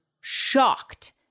shocked